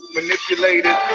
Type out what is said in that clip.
Manipulated